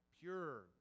pure